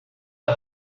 the